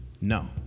No